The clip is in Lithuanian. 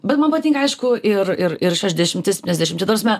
bet man patinka aišku ir ir ir šešdešimti septyniasdešimti prasme